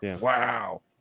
Wow